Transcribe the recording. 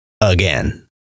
again